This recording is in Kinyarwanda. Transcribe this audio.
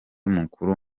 mukuru